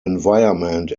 environment